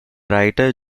writer